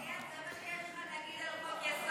מעניין, זה מה שיש לך להגיד על חוק-יסוד?